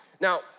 Now